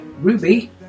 Ruby